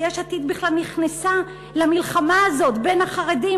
שיש עתיד בכלל נכנסה למלחמה הזאת בין החרדים